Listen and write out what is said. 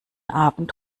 abend